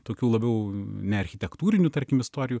tokių labiau ne architektūrinių tarkim istorijų